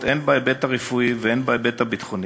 הן בהיבט הרפואי והן בהיבט הביטחוני.